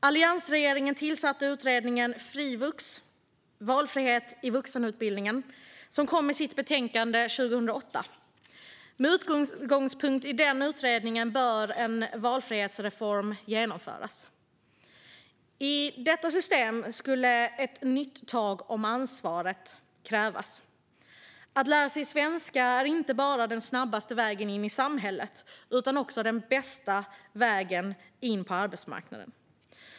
Alliansregeringen tillsatte Frivuxutredningen, som 2008 kom med sitt betänkande Frivux - Valfrihet i vuxenutbildningen . Med utgångspunkt i denna utredning bör en valfrihetsreform genomföras. I detta system skulle ett nytt tag om ansvaret krävas. Att lära sig svenska är inte bara den snabbaste vägen in i samhället utan också den bästa vägen in på arbetsmarknaden.